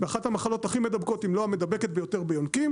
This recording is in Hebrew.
באחת המחלות הכי מדבקות אם לא המדבקת ביותר ביונקים,